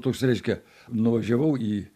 toks reiškia nuvažiavau į